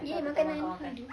!yay! makanan